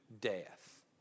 death